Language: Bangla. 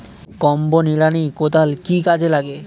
কম্বো নিড়ানি কোদাল কি কাজে লাগে?